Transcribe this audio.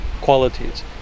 qualities